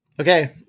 Okay